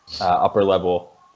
upper-level